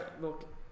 Look